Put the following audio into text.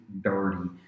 dirty